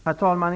Herr talman!